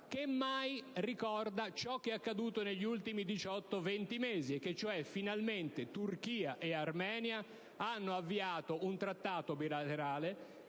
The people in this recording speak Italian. che mai ricorda quanto accaduto negli ultimi 18-20, mesi e cioè che finalmente Turchia e Armenia hanno avviato un trattato bilaterale